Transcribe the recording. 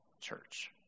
church